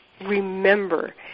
remember